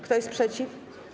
Kto jest przeciw?